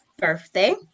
birthday